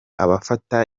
abafata